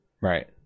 Right